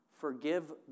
forgive